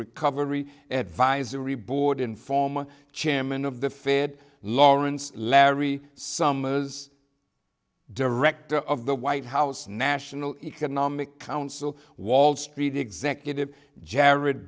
recovery advisory board and former chairman of the fed lawrence larry summers director of the white house national economic council wall street executive jared